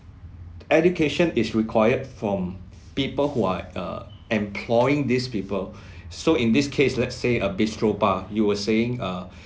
education is required from people who are uh employing these people so in this case let's say a bistro bar you were saying err um